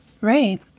Right